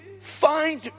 find